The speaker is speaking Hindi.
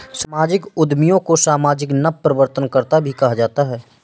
सामाजिक उद्यमियों को सामाजिक नवप्रवर्तनकर्त्ता भी कहा जाता है